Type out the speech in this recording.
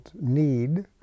need